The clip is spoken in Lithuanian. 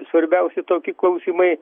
svarbiausi toki klausimai